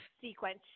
sequence